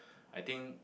I think